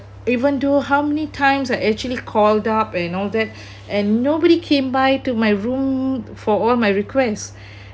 even though how many times I actually called up and all that and nobody came by to my room for all my requests